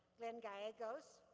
glen gallegos,